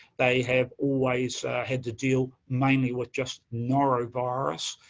they have always had to deal mainly with just norovirus,